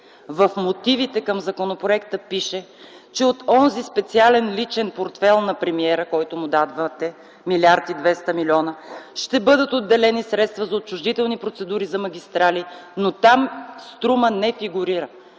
В мотивите към законопроекта пише, че от онзи специален личен портфейл на премиера, който му давате – милиард и двеста милиона, ще бъдат отделени средства за отчуждителни процедури за магистрали, но там „Струма” не фигурира!